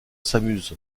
s’amuse